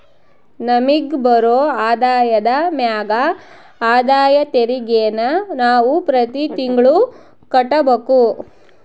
ನಮಿಗ್ ಬರೋ ಆದಾಯದ ಮ್ಯಾಗ ಆದಾಯ ತೆರಿಗೆನ ನಾವು ಪ್ರತಿ ತಿಂಗ್ಳು ಕಟ್ಬಕು